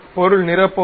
பொருள் நிரப்பவும்